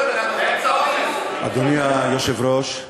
אדוני היושב-ראש,